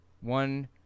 One